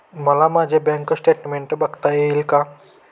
मला माझे bank statement बघता येईल का?